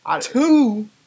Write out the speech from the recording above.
Two